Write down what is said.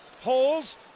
holes